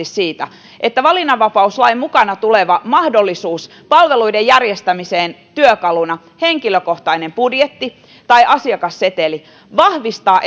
siitä että valinnanvapauslain mukana tuleva mahdollisuus palveluiden järjestämiseen työkaluna henkilökohtainen budjetti tai asiakasseteli vahvistaa